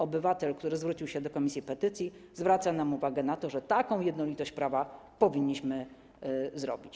Obywatel, który zwrócił się do komisji petycji, zwraca nam uwagę na to, że takie ujednolicenie prawa powinniśmy wprowadzić.